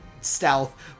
stealth